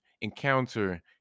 encounter